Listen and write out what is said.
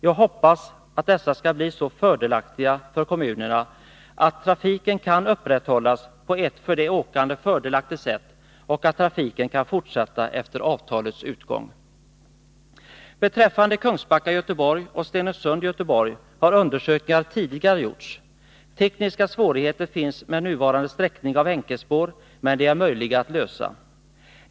Jag hoppas att resultatet skall bli så bra för kommunerna, att trafiken kan upprätthållas på ett för de åkande fördelaktigt sätt och att trafiken kan fortsätta efter avtalets utgång. Beträffande Kungsbacka-Göteborg och Stenungsund-Göteborg har undersökningar tidigare gjorts. Tekniska svårigheter finns med nuvarande sträckning av enkelspår, men de är möjliga att klara av.